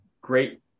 great